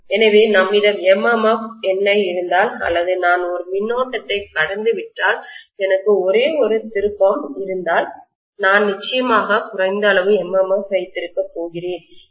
எனவே நம்மிடம் MMF NI இருந்தால் அல்லது நான் ஒரு மின்னோட்டத்தை கடந்துவிட்டால் எனக்கு ஒரே ஒரு திருப்பம்சுழற்சி இருந்தால் நான் நிச்சயமாக குறைந்த அளவு MMF வைத்திருக்கப் போகிறேன்